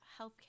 healthcare